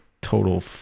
total